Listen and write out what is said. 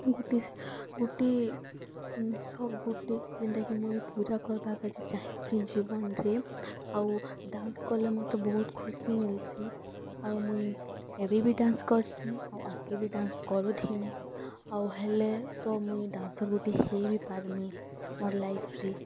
ଗୁଟେ ଗୁଟେ ସଉକ୍ ଗୁଟେ ଯେନ୍ଟାକି ମୁଇଁ ପୁରା କର୍ବାକାଜେ ଚାହେଁସି ଜୀବନ୍ରେ ଆଉ ଡ୍ୟାନ୍ସ୍ କଲେ ମୋତେ ବହତ୍ ଖୁସି ମିଲ୍ସି ଆଉ ମୁଇଁ ଏବେ ବି ଡ୍ୟାନ୍ସ୍ କର୍ସି ଆଉ ଆଗକେ ବି ଡ୍ୟାନ୍ସ୍ କରୁଥିମି ଆଉ ହେଲେ ତ ମୁଇଁ ଡ୍ୟାନ୍ସର୍ ଗୁଟେ ହେଇବି ପାର୍ମି ମୋର୍ ଲାଇଫ୍ରେ